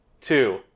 two